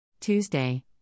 Tuesday